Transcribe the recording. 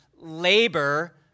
Labor